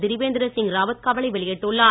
திரிவேந்திர சிங் ராவத் கவலை வெளியிட்டுள்ளார்